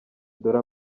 dore